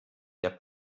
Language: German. der